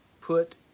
put